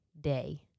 day